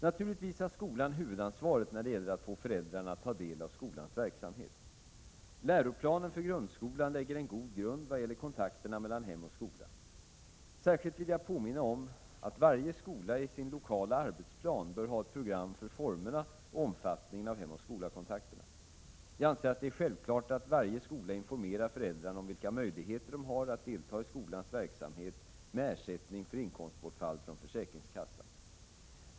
Naturligtvis har skolan huvudansvaret när det gäller att få föräldrarna att ta del av skolans verksamhet. Läroplanen för grundskolan lägger en god grund vad gäller kontakterna mellan hem och skola. Särskilt vill jag påminna om att varje skola i sin lokala arbetsplan bör ha ett program för formerna och omfattningen av hemoch skolakontakterna. Jag anser att det är självklart att varje skola informerar föräldrarna om vilka möjligheter de har att delta i skolans verksamhet med ersättning för inkomstbortfall från försäkringskassan.